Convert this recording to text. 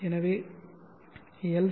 எனவே எல்